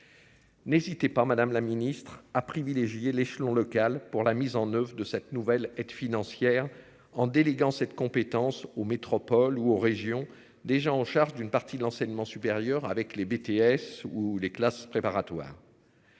N'hésitez pas Madame la Ministre a privilégié l'échelon local pour la mise en oeuvre de cette nouvelle aide financière en déléguant cette compétences aux métropoles ou aux régions déjà en charge d'une partie de l'enseignement supérieur avec les BTS ou les classes préparatoires.